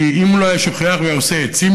כי אם הוא לא היה שוכח והיה עושה עצים